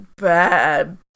bad